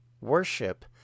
worship